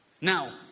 Now